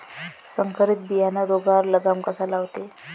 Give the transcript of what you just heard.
संकरीत बियानं रोगावर लगाम कसा लावते?